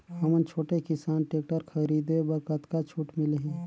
हमन छोटे किसान टेक्टर खरीदे बर कतका छूट मिलही?